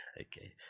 Okay